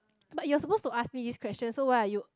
but you're supposed to ask me these questions so why are you